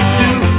two